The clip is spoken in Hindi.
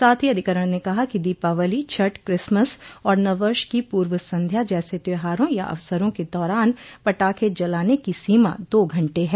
साथ ही अधिकरण ने कहा कि दीपावली छठ क्रिसमस और नववर्ष की पूर्व संध्या जैसे त्योहारों या अवसरों के दौरान पटाखे जलाने की सीमा दो घंटे है